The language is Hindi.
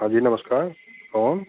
हाँ जी नमस्कार कौन